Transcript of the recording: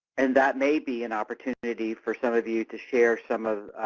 and that may be an opportunity for some of you to share some of